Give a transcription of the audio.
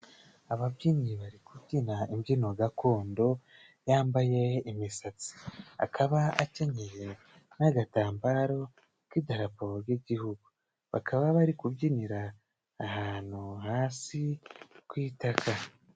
Ababyinnyi bari kubyina imbyino gakondo yambaye imisatsi. Akaba akenyeye n'agatambaro k'idarapo ry'igihugu. Bakaba bari kubyinira ahantu hasi ku itaka.